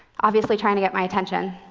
obviously trying to get my attention.